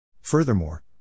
Furthermore